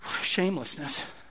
shamelessness